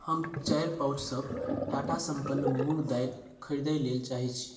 हम चारि पाउच सभ टाटा सम्पन्न मूॅंग दालि खरीदय लेल चाहै छी